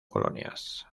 colonias